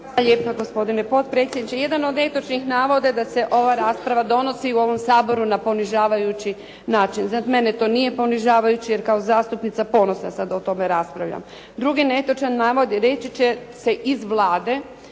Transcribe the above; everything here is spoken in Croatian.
lijepa gospodine potpredsjedniče. Jedan od netočnih navoda da se ova rasprava donosi u ovom Saboru na ponižavajući način. Za mene to nije ponižavajuće jer kao zastupnica ponosna sam da o tome raspravljam. Drugi netočan navod, reći će se iz Vlade,